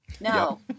No